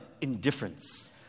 indifference